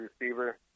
receiver